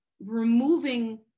removing